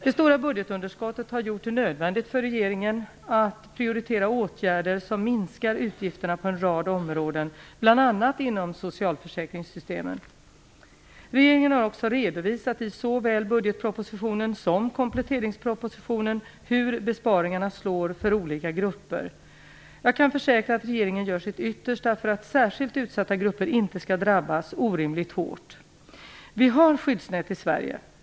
Det stora budgetunderskottet har gjort det nödvändigt för regeringen att prioritera åtgärder som minskar utgifterna på en rad områden, bl.a. inom socialförsäkringssystemen. Regeringen har också redovisat i såväl budgetpropositionen som kompletteringspropositionen hur besparingarna slår för olika grupper. Jag kan försäkra att regeringen gör sitt yttersta för att särskilt utsatta grupper inte skall drabbas orimligt hårt. Vi har skyddsnät i Sverige.